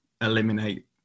eliminate